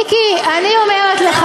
מיקי, אני אומרת לך